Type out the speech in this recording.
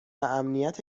امنیت